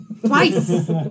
twice